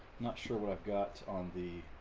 not sure what i've got on the